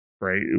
right